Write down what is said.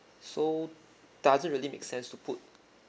so doesn't really make sense to put